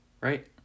right